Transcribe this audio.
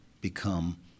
become